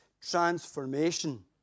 transformation